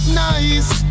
nice